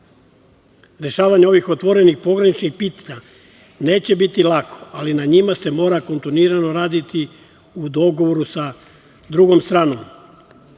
Rešavanje ovih otvorenih pograničnih pitanja neće biti lako, ali na njima se mora kontinuirano raditi u dogovoru sa drugom stranom. Takođe